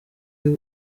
iyo